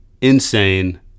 Insane